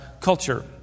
culture